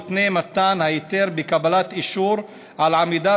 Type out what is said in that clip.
יותנה מתן ההיתר בקבלת אישור על עמידה